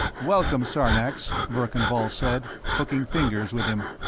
welcome, sarnax, verkan vall said, hooking fingers with him.